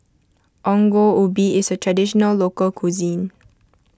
Ongol Ubi is a Traditional Local Cuisine